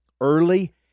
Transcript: early